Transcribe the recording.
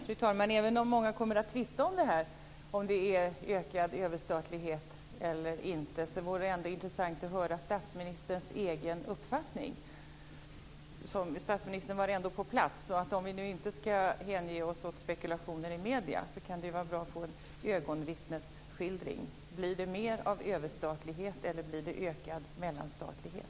Fru talman! Även om många kommer att tvista om frågan om det är ökad överstatlighet eller inte, vore det intressant att höra statsministerns egen uppfattning. Statsministern var ändå på plats. Om vi inte ska hänge oss åt spekulationer i medierna kan det vara bra att få en ögonvittnesskildring. Blir det mer av överstatlighet eller blir det ökad mellanstatlighet?